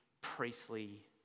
priestly